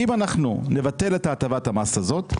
אם נבטל את הטבת המס הזאת,